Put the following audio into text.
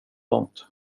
långt